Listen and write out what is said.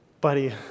Buddy